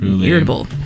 Irritable